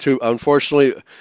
Unfortunately